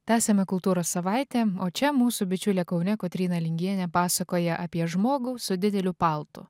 tęsiame kultūros savaitę o čia mūsų bičiulė kaune kotryna lingienė pasakoja apie žmogų su dideliu paltu